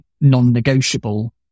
non-negotiable